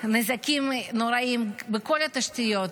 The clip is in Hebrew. נזקים נוראיים בכל התשתיות,